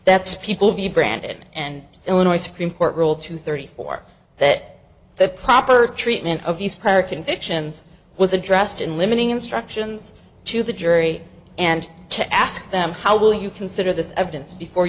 that's people be branded and illinois supreme court ruled two thirty four that the proper treatment of these prior convictions was addressed in limiting instructions to the jury and to ask them how will you consider this evidence before